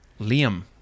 Liam